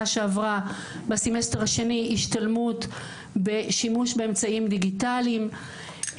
שעברה בסימסטר השני השתלמות בשימוש באמצעים דיגיטליים.